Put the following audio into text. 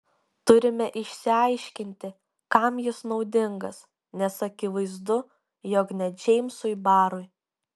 turime išsiaiškinti kam jis naudingas nes akivaizdu jog ne džeimsui barui